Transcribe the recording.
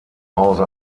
hause